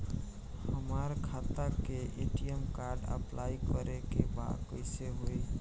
हमार खाता के ए.टी.एम कार्ड अप्लाई करे के बा कैसे होई?